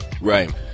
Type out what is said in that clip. Right